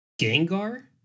Gengar